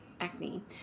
acne